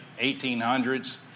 1800s